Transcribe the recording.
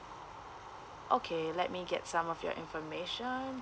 okay let me get some of your information